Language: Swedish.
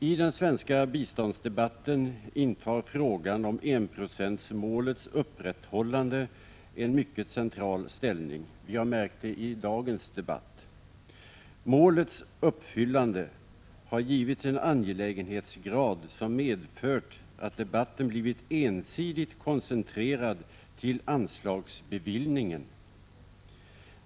I den svenska biståndsdebatten intar frågan om enprocentsmålets upprätthållande en mycket central ställning. Vi har märkt det i dagens debatt. Målets uppfyllande har givits en angelägenhetsgrad som medfört att debatten blivit ensidigt koncentrerad till anslagsbevillningen.